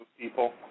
people